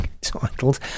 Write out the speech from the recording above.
titled